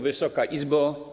Wysoka Izbo!